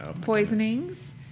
poisonings